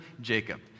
Jacob